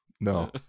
No